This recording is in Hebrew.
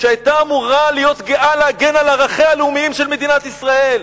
שהיתה אמורה להיות גאה להגן על ערכיה הלאומיים של מדינת ישראל.